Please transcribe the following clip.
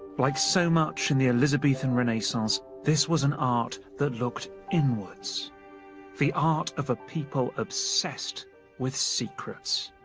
like so much in the elizabethan renaissance, this was an art that looked inwards the art of a people obsessed with secrets.